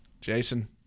Jason